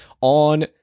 on